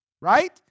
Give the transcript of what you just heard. right